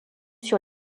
sur